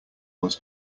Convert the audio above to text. was